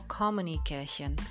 communication